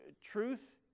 truth